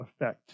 effect